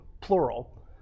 plural